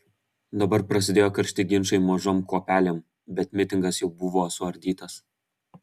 dabar prasidėjo karšti ginčai mažom kuopelėm bet mitingas jau buvo suardytas